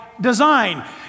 design